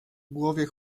głowie